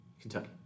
Kentucky